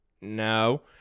no